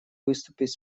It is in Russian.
выступить